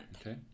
Okay